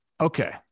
Okay